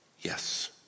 yes